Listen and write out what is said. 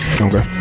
Okay